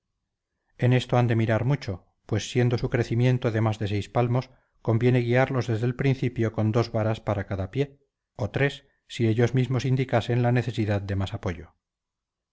en esto han de mirar mucho pues siendo su crecimiento de más de seis palmos conviene guiarlos desde el principio con dos varas para cada pie o tres si ellos mismos indicasen la necesidad de más apoyo